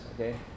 okay